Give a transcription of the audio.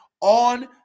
on